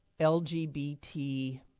LGBT